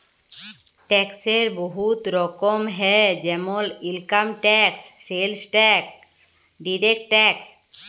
ট্যাক্সের বহুত রকম হ্যয় যেমল income tax, sales tax, direct tax